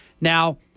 now